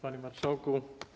Panie Marszałku!